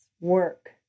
work